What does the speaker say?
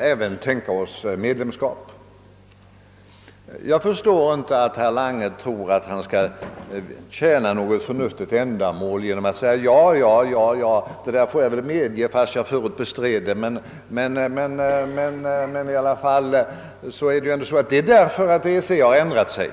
även tänka oss medlemskap. Jag förstår inte att herr Lange "kan tro att han tjänar något förnuftigt ändamål genom att säga: »Ja, ja, det får jag medge, fast jag förut bestred det, men det beror på att EEC har ändrat sig.